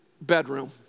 Bedroom